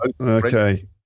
okay